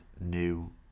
new